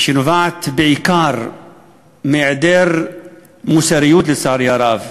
נובע בעיקר מהיעדר מוסריות, לצערי הרב,